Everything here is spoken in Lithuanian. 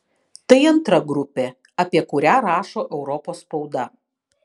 tai antra grupė apie kurią rašo europos spauda